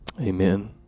Amen